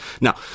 Now